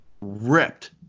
ripped